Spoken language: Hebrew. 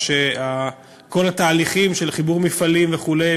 שכל התהליכים של חיבור מפעלים וכו',